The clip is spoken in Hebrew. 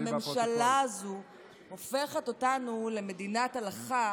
שהממשלה הזו הופכת אותנו למדינת הלכה